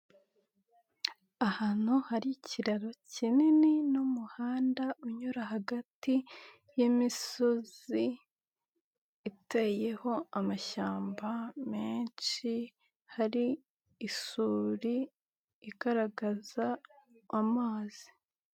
Ahantu hari ikiraro kinini n'umuhanda unyura hagati y'imisozi, iteyeho amashyamba menshi, hari isuri igaragaza amazi.